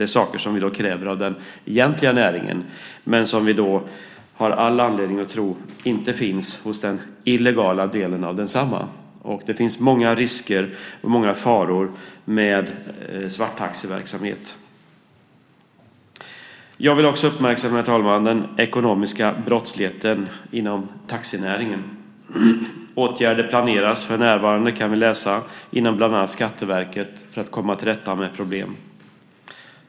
Det är sådant som vi kräver av den egentliga näringen och som vi har all anledning att tro inte finns hos den illegala delen av densamma. Det finns många risker, många faror, med svarttaxiverksamhet. Jag vill också, herr talman, uppmärksamma den ekonomiska brottsligheten inom taxinäringen. Vi kan läsa att för närvarande planeras åtgärder vid bland annat Skatteverket för att komma till rätta med problemet.